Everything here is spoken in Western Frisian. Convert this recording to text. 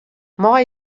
mei